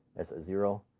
that's a zero.